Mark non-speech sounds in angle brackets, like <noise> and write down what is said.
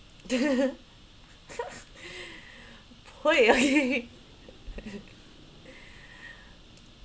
<laughs> why okay